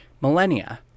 millennia